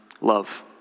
love